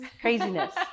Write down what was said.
craziness